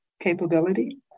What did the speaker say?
capability